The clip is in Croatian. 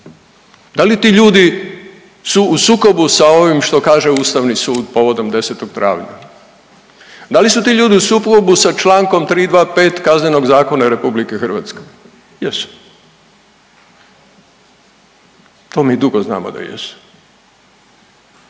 Da li ti ljudi su u sukobu sa ovim što kaže Ustavni sud povodom 10. travnja. Da li su ti ljudi u sukobu sa člankom 325. Kaznenog zakona Republike Hrvatske? Jesu. To mi dugo znamo da jesu.